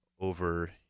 over